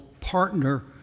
partner